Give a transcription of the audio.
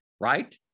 right